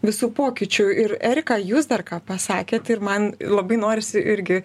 visų pokyčių ir erika jūs dar ką pasakėt ir man labai norisi irgi